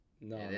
No